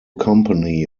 company